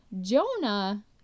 Jonah